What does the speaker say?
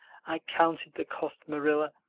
i counted the cost, marilla.